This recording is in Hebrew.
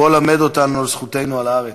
בוא, למד אותנו על זכותנו על הארץ.